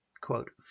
Quote